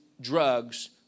drugs